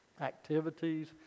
activities